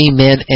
Amen